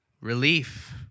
Relief